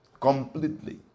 completely